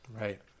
Right